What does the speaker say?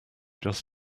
just